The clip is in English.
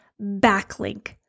backlink